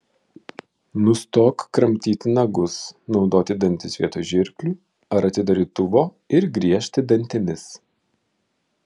nustok kramtyti nagus naudoti dantis vietoj žirklių ar atidarytuvo ir griežti dantimis